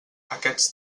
aquests